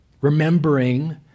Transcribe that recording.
remembering